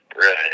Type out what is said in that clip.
right